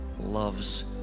loves